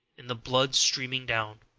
and the blood streaming down.